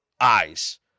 eyes